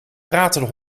pratende